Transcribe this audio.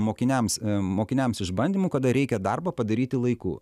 mokiniams mokiniams išbandymų kada reikia darbą padaryti laiku